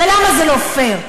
ולמה זה לא פייר?